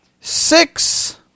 six